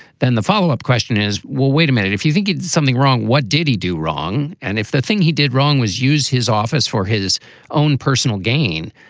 then the follow up question is, will, wait a minute. if you think it's something wrong, what did he do wrong? and if the thing he did wrong was use his office for his own personal gain,